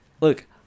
Look